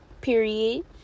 period